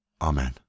Amen